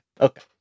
Okay